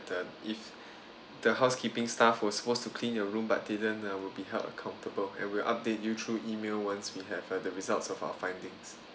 that if the housekeeping staff was supposed to clean your room but didn't uh will be held accountable and we'll update you through email once we have uh the results of our findings